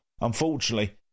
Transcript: Unfortunately